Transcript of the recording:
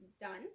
done